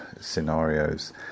scenarios